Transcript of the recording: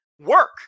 work